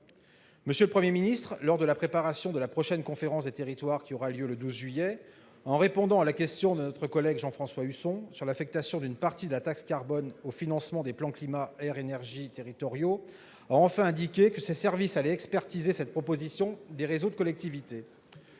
M. le Premier ministre, lors de la préparation de la prochaine conférence nationale des territoires, qui aura lieu le 12 juillet, en réponse à la question de notre collègue Jean-François Husson sur l'affectation d'une partie de la taxe carbone au financement des plans climat-air-énergie territoriaux, a enfin indiqué que ses services allaient expertiser cette proposition des réseaux de collectivités.